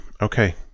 Okay